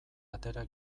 atera